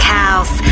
house